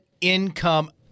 Income